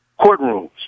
courtrooms